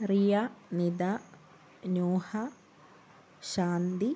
Riya Nitha Nooha Shanti